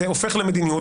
הופך למדיניות,